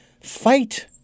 fight